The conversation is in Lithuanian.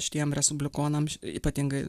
šitiem respublikonam ypatingai